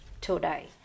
today